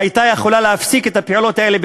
היו יכולים להפסיק את הפעולות האלה,